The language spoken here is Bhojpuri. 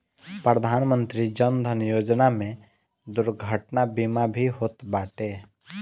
प्रधानमंत्री जन धन योजना में दुर्घटना बीमा भी होत बाटे